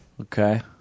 Okay